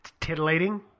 titillating